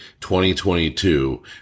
2022